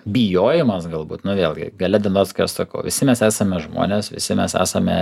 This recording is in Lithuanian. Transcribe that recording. bijojimas galbūt nu vėlgi gale dienos kai aš sakau visi mes esame žmonės visi mes esame